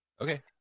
Okay